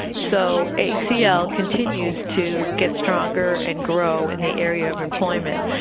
so, acl continues to get stronger and grow in the area of employment.